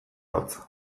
hotza